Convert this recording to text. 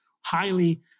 highly